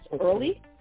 early